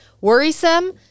worrisome